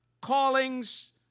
callings